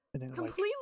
Completely